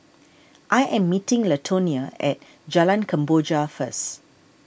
I am meeting Latonia at Jalan Kemboja first